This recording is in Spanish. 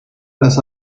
las